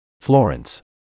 Florence